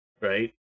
right